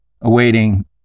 awaiting